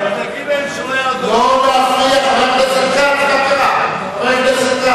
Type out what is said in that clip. חבר הכנסת כץ, מה קרה?